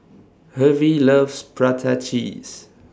Hervey loves Prata Cheese